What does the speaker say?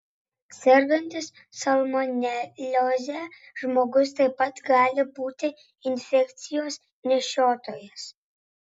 sergantis salmonelioze žmogus taip pat gali būti infekcijos nešiotojas